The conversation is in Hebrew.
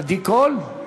עדי קול?